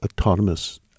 autonomous